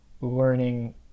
learning